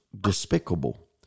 despicable